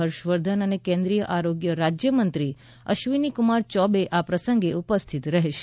હર્ષવર્ધન અને કેન્દ્રિય આરોગ્ય રાજ્યમંત્રી અશ્વિનીકુમાર ચૌબે આ પ્રસંગે ઉપસ્થિત રહેશે